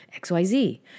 XYZ